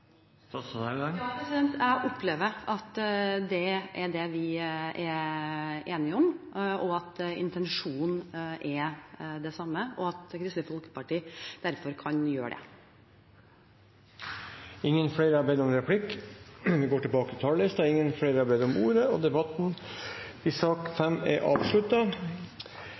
Ja, jeg opplever at det er det vi er enige om, at intensjonen er den samme, og at Kristelig Folkeparti derfor kan gjøre det. Replikkordskiftet er omme. Flere har ikke bedt om